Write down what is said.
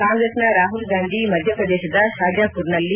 ಕಾಂಗ್ರೆಸ್ನ ರಾಹುಲ್ ಗಾಂಧಿ ಮಧ್ಯಪ್ರದೇಶದ ಶಾಜಾಮರ್ನಲ್ಲಿ